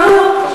קר לו.